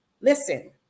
Listen